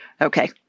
Okay